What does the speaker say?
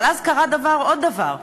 אבל אז קרה עוד דבר,